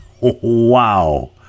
Wow